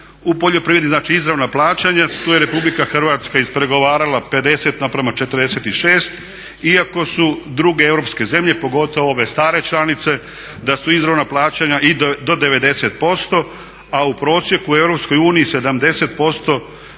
u poljoprivredi, znači izravna plaćanja. Tu je Republika Hrvatska ispregovarala 50:46 iako su druge europske zemlje pogotovo ove stare članice da su izravna plaćanja i do 90% a u prosjeku u